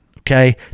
Okay